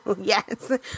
Yes